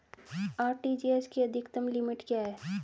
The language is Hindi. आर.टी.जी.एस की अधिकतम लिमिट क्या है?